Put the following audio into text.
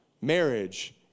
Marriage